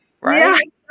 right